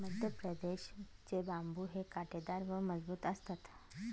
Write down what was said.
मध्यप्रदेश चे बांबु हे काटेदार व मजबूत असतात